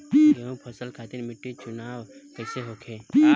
गेंहू फसल खातिर मिट्टी चुनाव कईसे होखे?